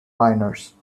minors